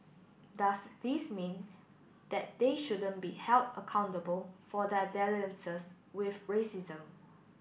does this mean that they shouldn't be held accountable for their dalliances with racism